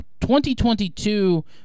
2022